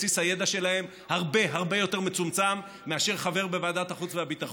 בסיס הידע שלהם הרבה הרבה יותר מצומצם מאשר חבר בוועדת החוץ והביטחון.